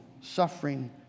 suffering